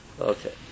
Okay